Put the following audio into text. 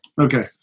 okay